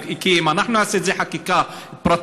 כי אם אנחנו נעשה את זה בחקיקה פרטית,